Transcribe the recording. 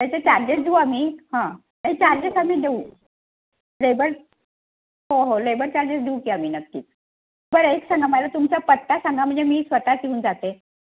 त्याचे चार्जेस देऊ आम्ही हां नाही चार्जेस आम्ही देऊ लेबर हो हो लेबर चार्जेस देऊ की आम्ही नक्कीच बरं एक सांगा मला तुमचा पत्ता सांगा म्हणजे मी स्वतःच येऊन जाते